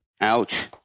ouch